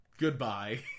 goodbye